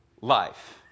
life